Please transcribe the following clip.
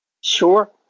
Sure